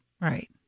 right